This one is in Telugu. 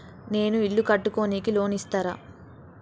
నేను ఇల్లు కట్టుకోనికి లోన్ ఇస్తరా?